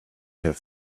have